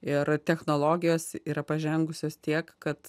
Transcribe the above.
ir technologijos yra pažengusios tiek kad